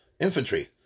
infantry